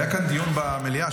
היה כאן דיון במליאה,